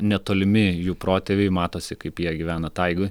netolimi jų protėviai matosi kaip jie gyvena taigoj